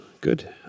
good